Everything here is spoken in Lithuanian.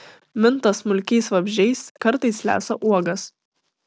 minta smulkiais vabzdžiais kartais lesa uogas